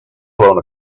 blown